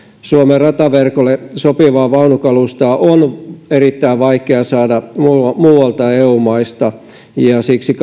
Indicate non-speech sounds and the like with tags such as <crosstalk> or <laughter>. suomen rataverkolle sopivaa vaunukalustoa on erittäin vaikea saada muualta muualta eu maista ja siksi <unintelligible>